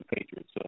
Patriots